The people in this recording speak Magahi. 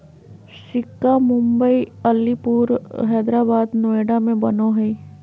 सिक्का मुम्बई, अलीपुर, हैदराबाद, नोएडा में बनो हइ